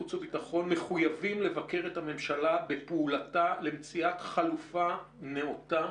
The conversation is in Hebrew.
החוץ והביטחון מחויבים לבקר את הממשלה בפעולתה למציאת חלופה נאותה